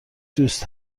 دوست